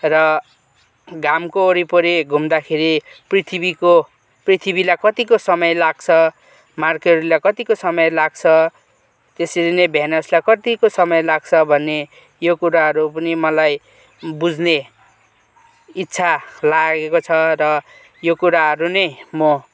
र घामको वरिपरि घुम्दाखेरि पृथ्वीको पृथ्वीलाई कतिको समय लाग्छ मर्क्युरीलाई कतिको समय लाग्छ त्यसरी नै भेनसलाई कतिको समय लाग्छ भन्ने यो कुराहरू पनि मलाई बुझ्ने इच्छा लागेको छ र यो कुराहरू नै म